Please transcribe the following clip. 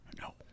No